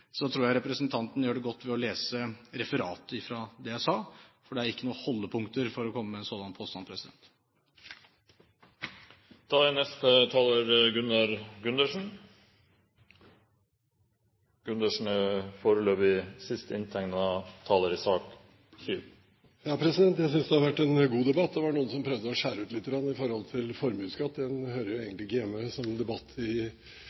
Så når representanten Breen forsøker å skape et inntrykk av at mitt innlegg tidligere i dag skulle være et slags forsvar for svart økonomi, tror jeg representanten vil ha godt av å lese referatet fra det jeg sa. Det er ikke noen holdepunkter for å komme med en sådan påstand. Jeg synes det har vært en god debatt. Det var noen som prøvde å skjære ut lite grann når det gjaldt formuesskatt. Den hører jo